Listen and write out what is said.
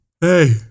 Hey